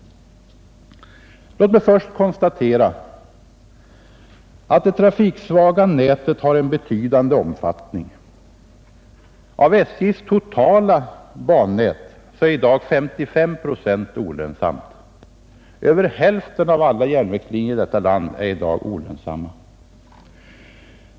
Låt mig först konstatera att det trafiksvaga nätet har en betydande omfattning. Av SJ:s totala bannät är i dag 55 procent olönsamt. Över hälften av alla järnvägslinjer i detta land är i dag olönsamma.